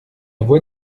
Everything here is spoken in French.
voix